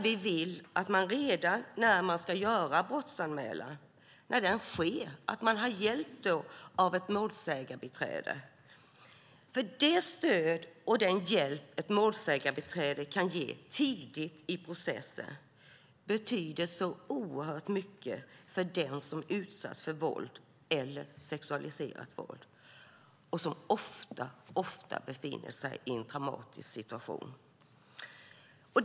Vi vill att man redan när en brottsanmälan sker ska ha hjälp av ett målsägandebiträde. Det stöd och den hjälp ett målsägandebiträde kan ge tidigt i processen betyder oerhört mycket för den som utsatts för våld eller sexualiserat våld och ofta befinner sig i en traumatisk situation.